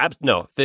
no